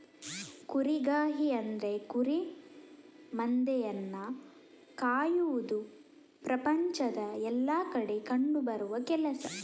ಕುರಿಗಾಹಿ ಅಂದ್ರೆ ಕುರಿ ಮಂದೆಯನ್ನ ಕಾಯುವುದು ಪ್ರಪಂಚದ ಎಲ್ಲಾ ಕಡೆ ಕಂಡು ಬರುವ ಕೆಲಸ